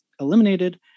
eliminated